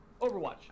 Overwatch